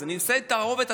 אז עם נישואי תערובת,